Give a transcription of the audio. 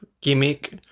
gimmick